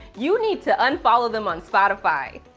you need to unfollow them on spotify.